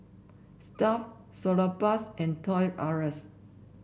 Stuff'd Salonpas and Toys R Us